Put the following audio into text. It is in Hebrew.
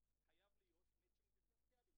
ואני רואה את שני הגורמים כאחראים,